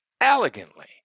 elegantly